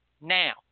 Now